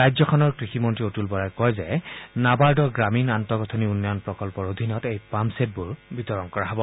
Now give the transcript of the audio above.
ৰাজ্যখনৰ কৃষিমন্তী অতুল বৰাই কয় যে নাবাৰ্ডৰ গ্ৰামীণ আন্তঃগাঁথনি উন্নয়ন প্ৰকল্পৰ অধীনত এই পাম্পছেটবোৰ বিতৰণ কৰা হ'ব